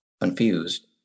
confused